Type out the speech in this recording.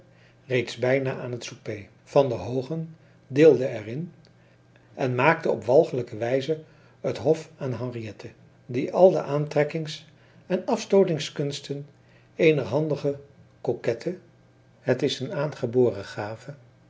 reeds bijna aan het souper van der hoogen deelde er in en maakte op walgelijke wijze het hof aan henriette die al de aantrekkings en afstootingskunsten eener handige coquette het is een aangeboren gave